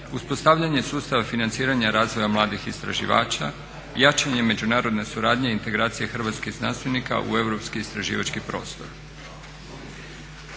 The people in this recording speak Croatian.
uspostavljanje sustava financiranja razvoja mladih istraživača, jačanje međunarodne suradnje i integracije hrvatskih znanstvenika u europski istraživački prostor.